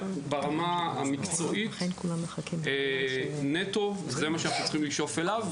ברמה המקצועית זה נטו מה שאנחנו צריכים לשאוף אליו,